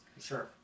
Sure